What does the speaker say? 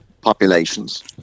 populations